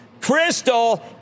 Crystal